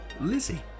Lizzie